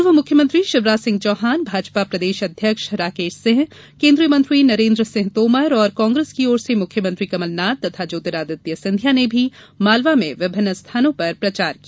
पूर्व मुख्यमंत्री शिवराज सिंह चौहान भाजपा प्रदेश अध्यक्ष राकेश सिंह केंद्रीय मंत्री नरेन्द्र सिंह तोमर और कांग्रेस की ओर से मुख्यमंत्री कमलनाथ तथा ज्योतिरादित्य सिंधिया ने भी मालवा में विभिन्न स्थानों पर प्रचार किया